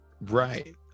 Right